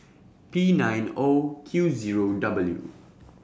P nine O Q Zero W